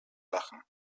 lachen